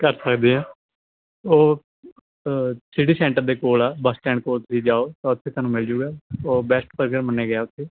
ਕਰ ਸਕਦੇ ਆ ਉਹ ਸਿਟੀ ਸੈਂਟਰ ਦੇ ਕੋਲ ਆ ਬਸ ਸਟੈਂਡ ਕੋਲ ਤੁਸੀਂ ਜਾਓ ਉੱਤੇ ਤੁਹਾਨੂੰ ਮਿਲਜੁਗਾ ਉਹ ਬੈਸਟ ਬਰਗਰ ਮੰਨਿਆ ਗਿਆ ਉੱਥੇ